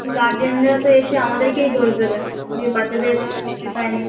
গার্জেনরা তো এসে আমাদেরকেই দোষ দেবে যে বাচ্চাদের সিলেবাস শেষ হয় নি